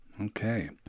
Okay